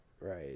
Right